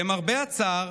למרבה הצער,